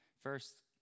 First